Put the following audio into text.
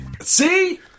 See